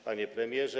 Panie Premierze!